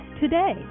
today